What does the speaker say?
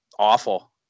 awful